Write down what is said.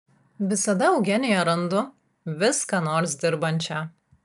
visada eugeniją randu vis ką nors dirbančią